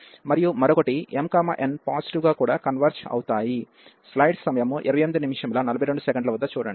మరియు మరొకటి m n positive గా కూడా కన్వెర్జ్ అవుతాయి